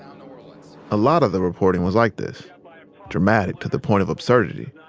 a lot of the reporting was like this dramatic to the point of absurdity.